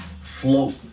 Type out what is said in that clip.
float